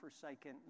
forsaken